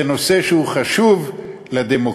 זה נושא שהוא חשוב לדמוקרטיה,